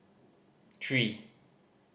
three